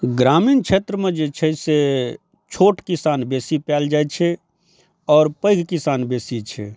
ग्रामीण क्षेत्रमे जे छै से छोट किसान बेसी पाओल जाइ छै आओर पैघ किसान बेसी छै